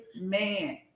man